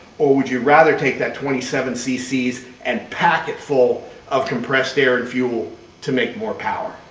or would you rather take that twenty seven cc's and pack it full of compressed air and fuel to make more power?